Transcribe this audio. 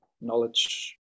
knowledge